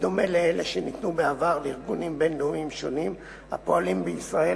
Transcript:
בדומה לאלה שניתנו בעבר לארגונים בין-לאומיים שונים הפועלים בישראל,